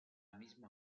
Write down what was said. misma